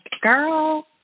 girl –